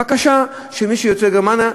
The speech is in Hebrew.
בקשה שמי שהוא יוצא גרמניה,